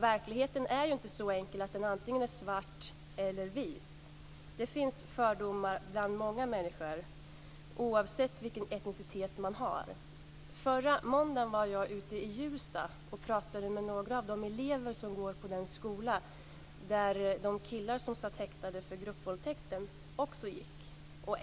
Verkligheten är ju inte så enkel att det antingen är svart eller vitt. Det finns fördomar bland många människor oavsett vilken etnicitet man har. Förra måndagen var jag ute i Hjulsta och pratade med några elever på den skola som de killar som satt häktade för gruppvåldtäkten också går på.